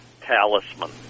Talisman